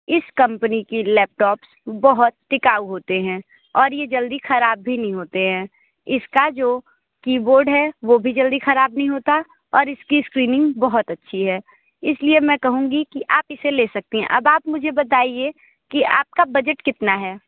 इस कंपनी की लैपटॉप्स बहुत टिकाऊ होते हैं और ये जल्दी ख़राब भी नहीं होते हैं इसका जो कीबोर्ड है वह भी जल्दी ख़राब नहीं होता और इसकी स्क्रीनिंग बहुत अच्छी है इसलिए मैं कहूँगी कि आप इसे ले सकती हैं अब आप मुझे बताइए कि आपका बजट कितना है